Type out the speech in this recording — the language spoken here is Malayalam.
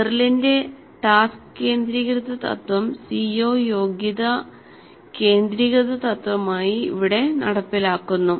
മെറിലിന്റെ ടാസ്ക് കേന്ദ്രീകൃത തത്വം CO യോഗ്യത കേന്ദ്രീകൃത തത്വമായി ഇവിടെ നടപ്പിലാക്കുന്നു